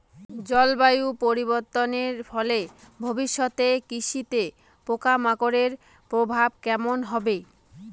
জলবায়ু পরিবর্তনের ফলে ভবিষ্যতে কৃষিতে পোকামাকড়ের প্রভাব কেমন হবে?